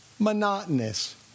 Monotonous